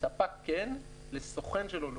לספק כן, לסוכן שלו לא.